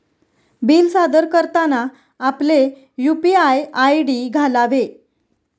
bill सादर करताना आपले यू.पी.आय आय.डी घालावे